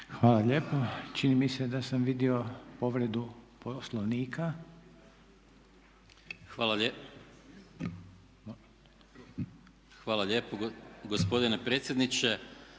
Hvala lijepa. Čini mi se da sam vidio povredu Poslovnika. **Maras, Gordan (SDP)** Hvala lijepo gospodine predsjedniče